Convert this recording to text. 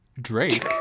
Drake